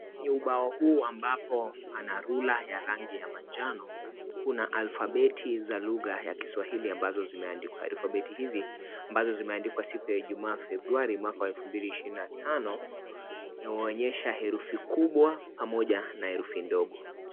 Ni ubao huu ambapo pana rula ya rangi ya manjano. Kuna alfabeti za lugha ya kiswahili ambazo zimeandikwa. Alfabeti hizi ambazo zimeandikwa siku ya ijumaa Februari mwaka wa elfu mbili ishirini na tano imeonyesha herufi kubwa pamoja na herufi ndogo.